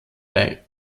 bei